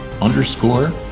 underscore